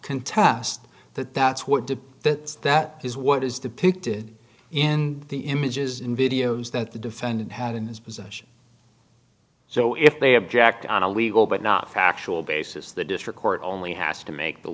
contest that that's what did that that is what is depicted in the images and videos that the defendant had in his possession so if they object on a legal but not factual basis the district court only has to make the